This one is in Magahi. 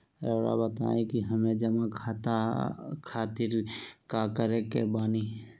रहुआ बताइं कि हमें जमा खातिर का करे के बानी?